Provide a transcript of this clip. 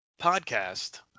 podcast